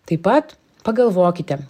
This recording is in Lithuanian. taip pat pagalvokite